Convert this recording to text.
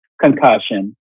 concussion